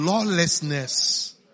Lawlessness